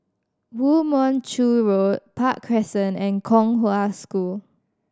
Woo Mon Chew Road Park Crescent and Kong Hwa School